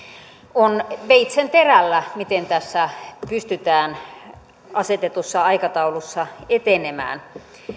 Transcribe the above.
on veitsen terällä miten tässä pystytään asetetussa aikataulussa etenemään